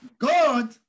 God